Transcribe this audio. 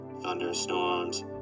thunderstorms